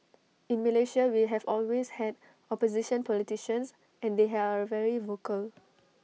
in Malaysia we have always had opposition politicians and they are very vocal